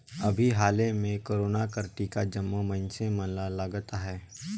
अभीं हाले में कोरोना कर टीका जम्मो मइनसे मन ल लगत अहे